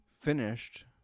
finished